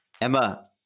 emma